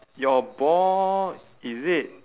your ball is it